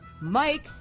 Mike